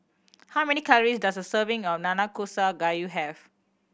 how many calories does a serving of Nanakusa Gayu have